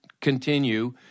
continue